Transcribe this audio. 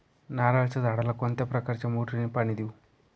नारळाच्या झाडाला कोणत्या प्रकारच्या मोटारीने पाणी देऊ?